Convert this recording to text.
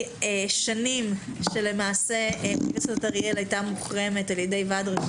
שאחרי שנים שאוניברסיטת אריאל היתה מוחרמת על ידי ור"ה